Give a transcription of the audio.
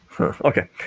Okay